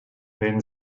then